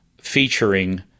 featuring